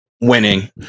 Winning